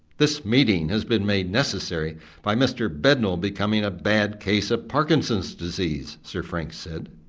this meeting has been made necessary by mr bednall becoming a bad case of parkinson's disease sir frank said.